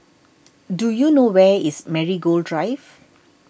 do you know where is Marigold Drive